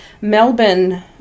Melbourne –